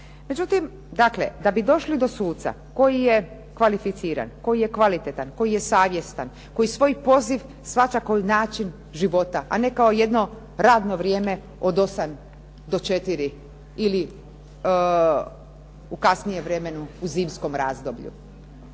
Međutim, dakle da bi došli do suca koji je kvalificiran, koji je kvalitetan, koji je savjestan, koji svoj poziv shvaća kao način života, a ne kao jedno radno vrijeme od 8 do 4 ili u kasnijem vremenu u zimskom razdoblju.